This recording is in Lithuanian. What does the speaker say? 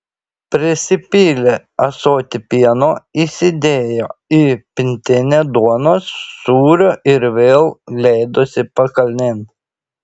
prisipylė ąsotį pieno įsidėjo į pintinę duonos sūrio ir vėl leidosi pakalnėn